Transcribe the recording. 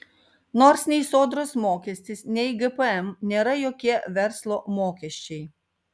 nors nei sodros mokestis nei gpm nėra jokie verslo mokesčiai